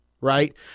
Right